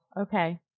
Okay